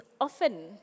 often